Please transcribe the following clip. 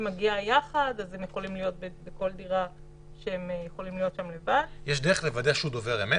יש דרך לוודא שהוא דובר אמת?